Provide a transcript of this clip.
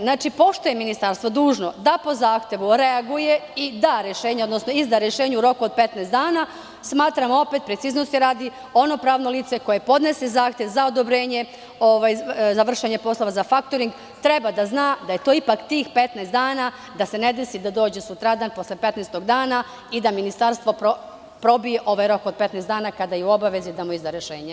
Znači, pošto je Ministarstvo dužno da po zahtevu reaguje i izda rešenje u roku od 15 dana, smatramo opet, preciznosti radi, ono pravno lice koje podnese zahtev za odobrenje za vršenje poslova za faktoring treba da zna da je to ipak tih 15 dana, da se ne desi da dođe sutradan, posle 15-og dana i da Ministarstvo probije ovaj rok od 15 dana kada je u obavezi da mu izda rešenje.